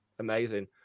Amazing